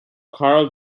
carl